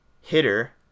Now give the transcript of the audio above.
hitter